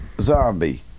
Zombie